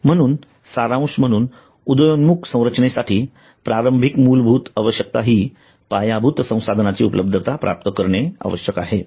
म्हणून सारांश म्हणून उदयोन्मुख संरचनेसाठी प्रारंभिक मूलभूत आवश्यकता हि पायाभूत संसाधनाची उपलब्धता प्राप्त होणे आवश्यक आहे